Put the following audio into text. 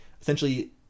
essentially